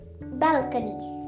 balcony